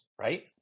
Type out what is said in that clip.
right